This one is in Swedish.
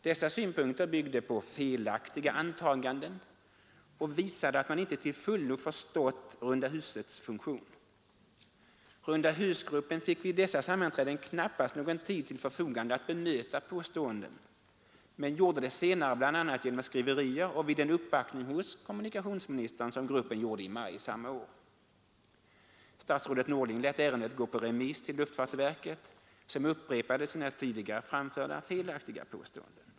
Dessa synpunkter byggde på felaktiga antaganden och visade att man inte till fullo förstått runda husets funktion. Rundahusgruppen fick vid dessa sammanträden knappast någon tid till förfogande att bemöta påståenden men gjorde det senare, bl.a. genom skriverier och vid den uppvaktning hos kommunikationsministern som gruppen gjorde i maj samma år. Statsrådet Norling lät ärendet gå på remiss till luftfartsverket som upprepade sina tidigare framförda felaktiga påståenden.